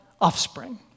offspring